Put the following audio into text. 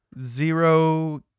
zero